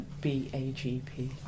B-A-G-P